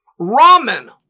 Ramen